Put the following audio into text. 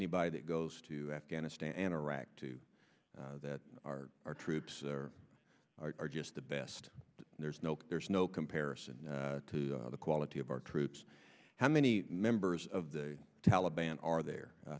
anybody that goes to afghanistan and iraq to that are our troops are just the best there's no there's no comparison to the quality of our troops how many members of the taliban are there i